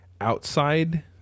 outside